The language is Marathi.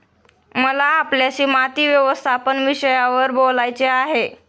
मला आपल्याशी माती व्यवस्थापन विषयावर बोलायचे आहे